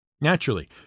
Naturally